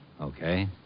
Okay